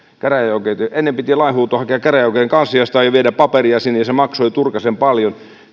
ennen piti lainhuuto hakea käräjäoikeuden kansliasta ja viedä paperia sinne ja se maksoi turkasen paljon